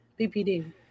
BPD